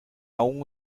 aún